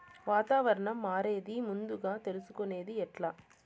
వాతావరణం మారేది ముందుగా తెలుసుకొనేది ఎట్లా?